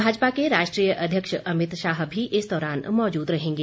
भाजपा के राष्ट्रीय अध्यक्ष अतिम शाह भी इस दौरान मौजूद रहेंगे